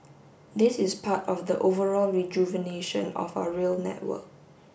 this is part of the overall rejuvenation of our rail network